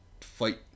fight